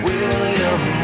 William